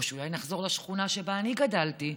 או אולי נחזור לשכונה שבה אני גדלתי,